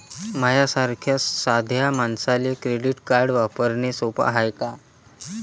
माह्या सारख्या साध्या मानसाले क्रेडिट कार्ड वापरने सोपं हाय का?